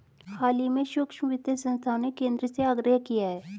हाल ही में सूक्ष्म वित्त संस्थाओं ने केंद्र से आग्रह किया है